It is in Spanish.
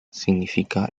significa